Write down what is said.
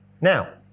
Now